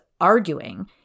arguing